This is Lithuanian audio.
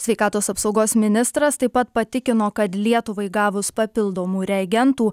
sveikatos apsaugos ministras taip pat patikino kad lietuvai gavus papildomų reagentų